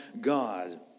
God